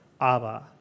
Abba